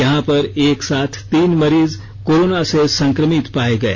यहां पर एक साथ तीन मरीज कोरोना से संक्रमित पाए गए